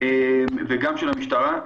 וגם של המשטרה.